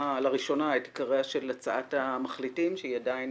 לראשונה את עיקריה של הצעת המחליטים שהיא עדיין